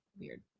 weird